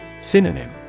Synonym